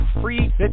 free